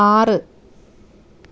ആറ്